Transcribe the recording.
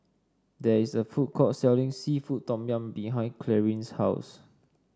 there is a food court selling seafood Tom Yum behind Clarine's house